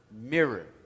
mirror